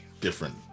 different